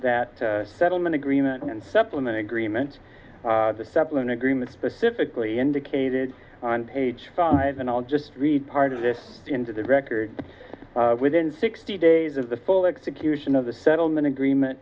that settlement agreement and supplement agreement the supplement agreement specifically indicated on page five and i'll just read part of this into the record within sixty days of the full execution of the settlement agreement